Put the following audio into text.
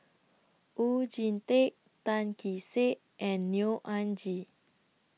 Oon Jin Teik Tan Kee Sek and Neo Anngee